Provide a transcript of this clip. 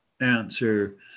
answer